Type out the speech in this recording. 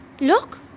Look